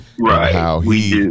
Right